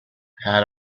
had